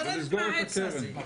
ולסגור את הקרן.